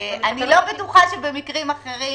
אני לא בטוחה שבמקרים אחרים,